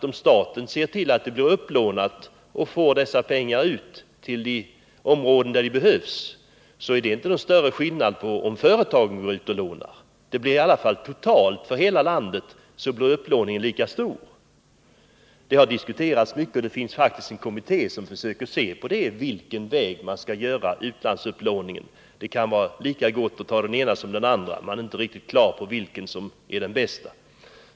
Om staten ser till att dessa pengar går ut till de områden där de behövs. blir det inte någon större skillnad mot om företagen s va lånar — totalt för hela landet blir ju upplåningen ändå lika stor. Detta har diskuterats mycket, och det finns faktiskt en kommitté som undersöker på vilken väg man skall genomföra utlandsupplåningen. Det kan vara lika gott att ta den ena vägen som den andra. eftersom man inte är riktigt på det klara med vilken väg som är den bästa.